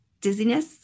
dizziness